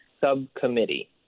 subcommittee